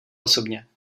osobně